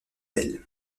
elle